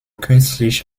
künstlich